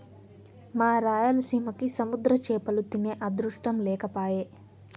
మా రాయలసీమకి సముద్ర చేపలు తినే అదృష్టం లేకపాయె